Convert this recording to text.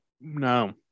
no